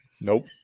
Nope